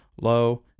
Low